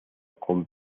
con